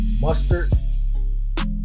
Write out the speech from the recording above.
Mustard